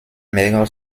maigres